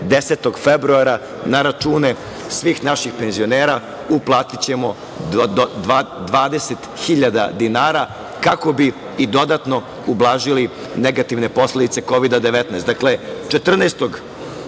10. februara na račune svih naših penzionera uplatićemo 20.000 dinara, kako bi i dodatno ublažili negativne posledice Kovida